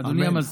אמן.